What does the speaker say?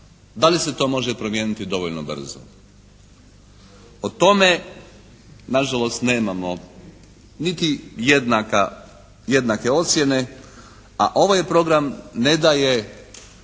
Da li se to može promijeniti dovoljno brzo? O tome nažalost nemamo niti jednake ocjene, a ovaj program ne daje